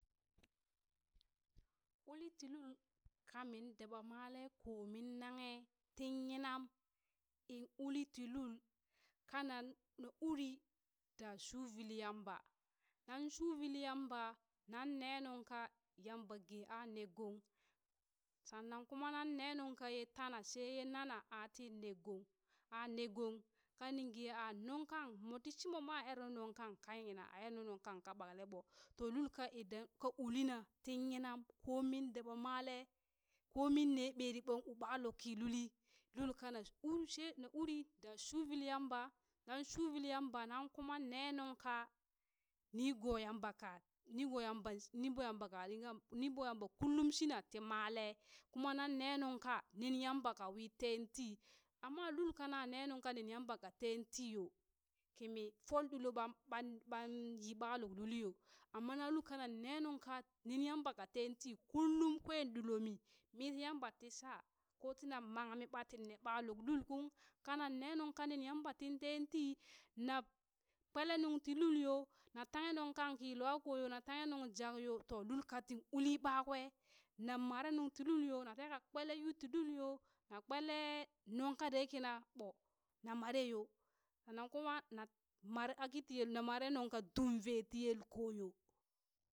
Ulin ti lul kamin daba male ko min naghe tin yinam in uli ti lul kanan na uri da shuvuli Yamba nan shuvuli Yamba nane nungka Yamba ge a negon, shanan kuma nan ne nung ka ye tana sheye nana ati negon, a negon kaning ge a nung kang moti shimo ma erenu nung kang kayina a er nu nuŋkang ka ɓakaleɓo to lulka idan ka uli na tin yinam ko min daɓa male komin ne ɓeri ɓan u ɓa luk ki luli lul kana un she na uri da shu vuli Yamba, nan shu vuli Yamba nan kuma ne nung kanak ka nigo Yamba ka nigo Yamba sh nigo Yamba ka dinga nigo Yamba kulum shina ti male kuma nan ne nung ka lin Yamba kawi ten tii, amma lul kana ne nunka lin Yamba ka ten tiyo kimi fon ɗulo ɓan ɓan ɓan yi ɓa luk lulyo amma lul kanan ne nuŋka lin Yamba ten ti kullum kwen ɗulomi miti Yamba ti sha ko tina mang mi ɓatin ne ɓa luk lukung kanan ne nuŋ ka lin Yamba tin ten ti, na kpele nuŋti lul yo na tanghe nuŋ kan ki luakoyo, na tanghe nung jak yo, to lul katin uli ɓakwe na mare nun ti lulyo na teka kpele yu ti lulyo na kpele nung ka dai kaniɓo na mare yo shanan kuma na mare aki tiye mare nungka dumve ti yelkoyo